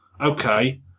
okay